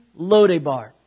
Lodebar